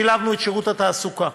שילבנו את שירות התעסוקה